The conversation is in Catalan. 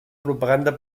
propaganda